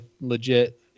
legit